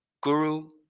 Guru